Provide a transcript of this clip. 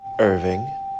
Irving